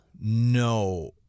No